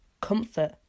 comfort